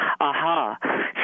aha